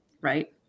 right